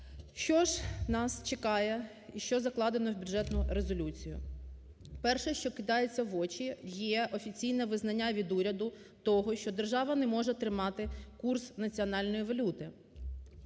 Що ж нас чекає і що закладено в бюджетну резолюцію? Перше, що кидається в очі, є офіційне визнання від уряду того, що держава не може тримати курс національної валюти.